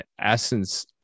essence